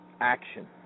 action